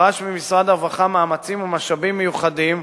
דרש ממשרד הרווחה מאמצים ומשאבים מיוחדים